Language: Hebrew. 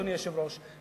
אדוני היושב-ראש,